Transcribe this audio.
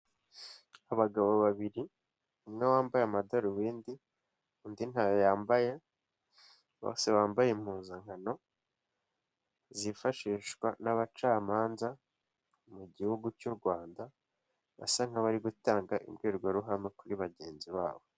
Abagabo babiri umwe wambaye amadarubindi undi ntayo yambaye, bose bambaye impuzankano zifashishwa n'abacamanza mu gihugu cy'u Rwanda, basa nk'abari gutanga imbwirwaruhame kuri bagenzi babo.